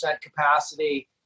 capacity